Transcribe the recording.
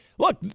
Look